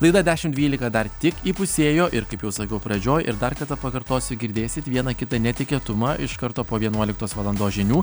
laida dešim dvylika dar tik įpusėjo ir kaip jau sakiau pradžioj ir dar kartą pakartosiu girdėsit vieną kitą netikėtumą iš karto po vienuoliktos valandos žinių